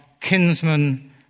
kinsmen